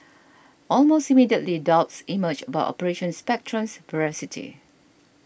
almost immediately doubts emerged about Operation Spectrum's veracity